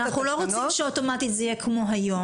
אבל אנחנו לא רוצים שאוטומטית זה יהיה כמו היום.